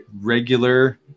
regular